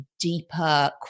deeper